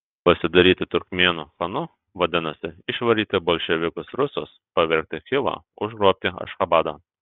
pasidaryti turkmėnų chanu vadinasi išvaryti bolševikus rusus pavergti chivą užgrobti ašchabadą